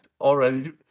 already